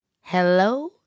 Hello